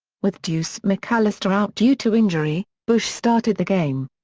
with deuce mcallister out due to injury, bush started the game.